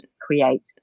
create